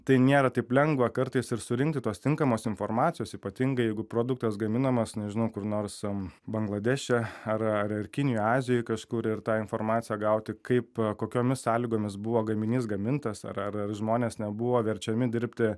tai nėra taip lengva kartais ir surinkti tos tinkamos informacijos ypatingai jeigu produktas gaminamas nežinau kur nors em bangladeše ar ar ar kinijoj azijoj kažkur ir tą informaciją gauti kaip kokiomis sąlygomis buvo gaminys gamintas ar ar žmonės nebuvo verčiami dirbti